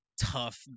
tough